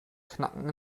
knacken